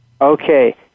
Okay